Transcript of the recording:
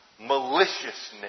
maliciousness